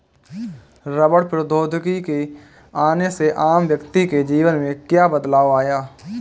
रबड़ प्रौद्योगिकी के आने से आम व्यक्ति के जीवन में क्या बदलाव आया?